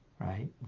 right